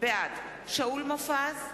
בעד שאול מופז,